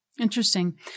Interesting